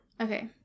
Okay